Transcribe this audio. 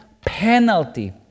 penalty